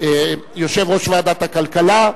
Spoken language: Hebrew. יושב-ראש ועדת הכלכלה,